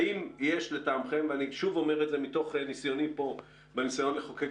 האם יש לטעמכם ושוב אני אומר את זה מתוך ניסיוני כאן בניסיון לחוקק